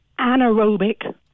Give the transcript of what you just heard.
anaerobic